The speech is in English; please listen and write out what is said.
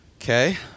Okay